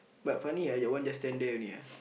but funny ah your one just stand there only ah